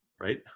Right